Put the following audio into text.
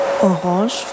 Orange